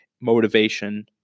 motivation